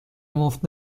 مفت